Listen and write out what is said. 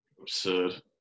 Absurd